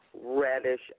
reddish